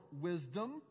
wisdom